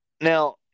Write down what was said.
Now